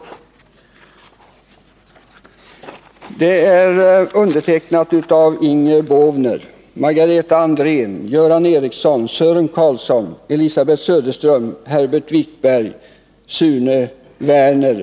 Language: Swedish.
Rapporten är undertecknad av Inger Båvner, Margareta Andrén, Göran Ericsson, Sören Carlson, Elisabet Söderström, Herbert Vikberg och Sune Währner.